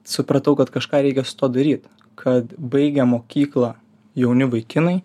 supratau kad kažką reikia su tuo daryt kad baigę mokyklą jauni vaikinai